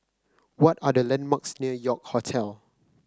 what are the landmarks near York Hotel